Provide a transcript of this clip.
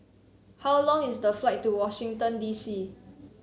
how long is the flight to Washington D C